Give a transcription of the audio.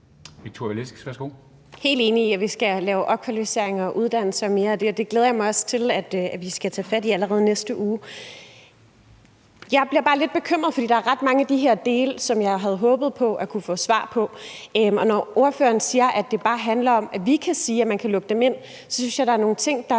Victoria Velasquez (EL): Jeg er helt enig i, at vi skal lave opkvalificeringer, uddannelser m.m. Det glæder jeg mig også til at vi skal tage fat i allerede i næste uge. Jeg bliver bare lidt bekymret, fordi der er ret mange af de her dele, som jeg havde håbet på at kunne få svar på, og når ordføreren siger, at det bare handler om, at vi kan sige, at man kan lukke dem ind, så synes jeg, at der er nogle ting, der